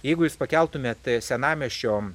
jeigu jūs pakeltumėt senamiesčio